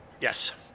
Yes